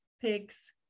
pigs